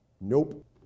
Nope